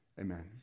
Amen